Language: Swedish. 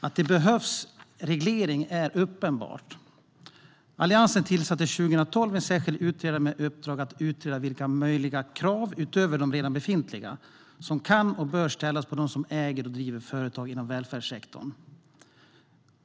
Att det behövs reglering är uppenbart. Alliansen tillsatte 2012 en särskild utredare med uppdrag att utreda vilka möjliga krav, utöver redan befintliga, som kan och bör ställas på dem som äger och driver företag inom välfärdssektorn.